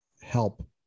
help